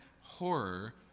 horror